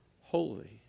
Holy